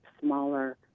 smaller